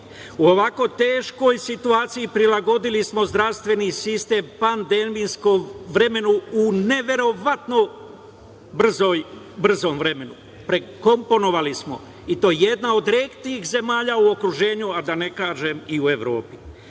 U ovako teškoj situaciji prilagodili smo zdravstveni sistem pandemijskom vremenu u neverovatno brzom vremenu, prekomponovali smo, i to smo jedna od retkih zemalja u okruženju, a da ne kažem i u Evropi. Pomogli